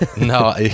No